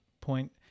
point